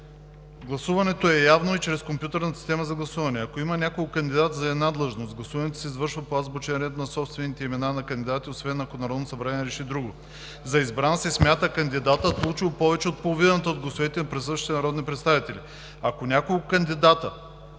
„Гласуването е явно чрез компютризираната система за гласуване. Ако има няколко кандидати за една длъжност, гласуването се извършва по азбучен ред на собствените имена на кандидатите, освен ако Народното събрание реши друго. За избран се смята кандидатът, получил повече от половината от гласовете на присъстващите народни представители. Ако няколко кандидати